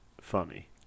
funny